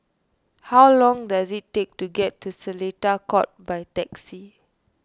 how long does it take to get to Seletar Court by taxi